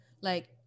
Like-